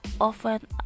often